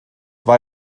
war